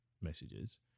messages